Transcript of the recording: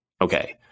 okay